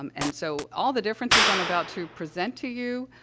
um and so, all the differences i'm about to present to you, ah,